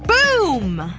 boom!